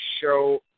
show